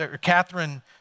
Catherine